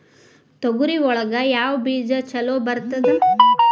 ತೊಗರಿ ಒಳಗ ಯಾವ ಬೇಜ ಛಲೋ ಬರ್ತದ?